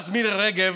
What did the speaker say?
ואז מירי רגב